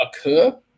occur